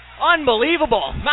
Unbelievable